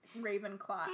Ravenclaw